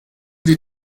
die